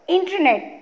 Internet